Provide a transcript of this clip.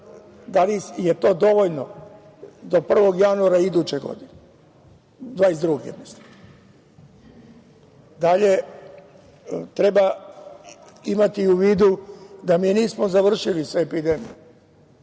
da li je to dovoljno do 1. januara 2022. godine? Dalje treba imati u vidu da mi nismo završili sa epidemijom